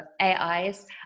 ais